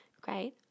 great